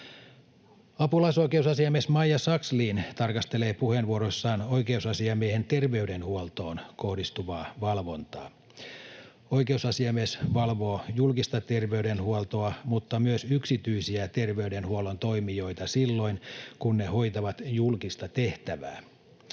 Apulaisoikeusasiamies Maija Sakslin tarkastelee puheenvuorossaan oikeusasiamiehen terveydenhuoltoon kohdistuvaa valvontaa. Oikeusasiamies valvoo julkista terveydenhuoltoa mutta myös yksityisiä terveydenhuollon toimijoita silloin, kun ne hoitavat julkista tehtävää.